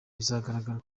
bizagaragara